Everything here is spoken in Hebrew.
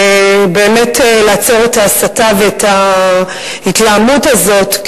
ובאמת לעצור את ההסתה ואת ההתלהמות הזאת,